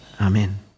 Amen